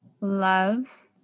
love